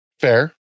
fair